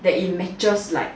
that in matches like